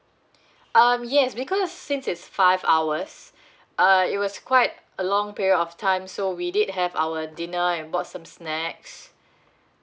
um yes because since it's five hours uh it was quite a long period of time so we did have our dinner and bought some snacks